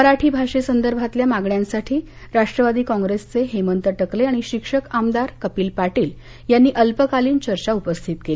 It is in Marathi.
मराठी भाषेसंदर्भातल्या मागण्यांसाठी राष्ट्वादी काँप्रेसचे हेमंत टकले आणि शिक्षक आमदार कपिल पाटील यांनी अल्पकालीन चर्चा उपस्थित केली